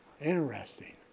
Interesting